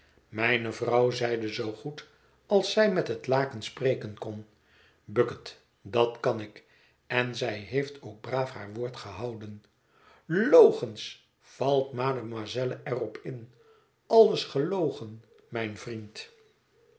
mijne vrouw zeide zoo goed als zij met het laken spreken kon bucket dat kan ik en zij heeft ook braaf haar woord gehouden logens valt mademoiselle er op in alles gelogen mijn vriend